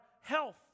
health